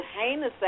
heinous